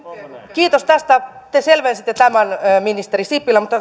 kiitos tästä te selvensitte tämän ministeri sipilä mutta